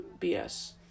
BS